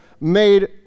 made